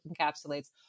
encapsulates